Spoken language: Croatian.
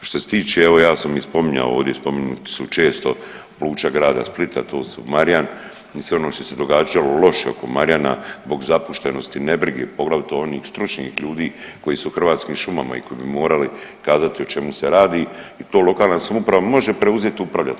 Što se tiče, evo ja sam ih spominjao ovdje i spomenuti su često područja grada Splita to su Marjan i sve ono što se događalo loše oko Marjana zbog zapuštenosti i nebrige poglavito onih stručnih ljudi koji su u Hrvatskim šumama i koji bi morali kazati o čemu se radi i to lokalna samouprava može preuzet upravljat.